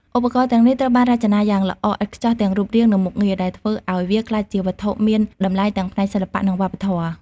ឧបករណ៍ទាំងនេះត្រូវបានរចនាយ៉ាងល្អឥតខ្ចោះទាំងរូបរាង និងមុខងារ ដែលធ្វើឱ្យវាក្លាយជាវត្ថុមានតម្លៃទាំងផ្នែកសិល្បៈ និងវប្បធម៌។